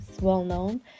well-known